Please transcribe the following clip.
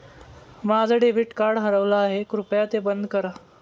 माझं debit card हरवलं आहे, कृपया ते बंद करा